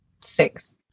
Six